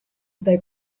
they